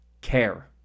care